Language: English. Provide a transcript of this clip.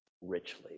richly